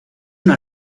una